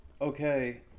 okay